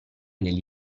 degli